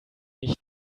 nicht